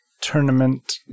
tournament